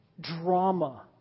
drama